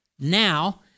now